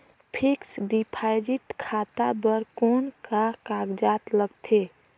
Fixed deposit खाता बर कौन का कागजात लगथे?